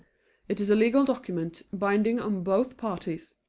it is a legal document, binding on both parties,